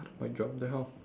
mic drop then how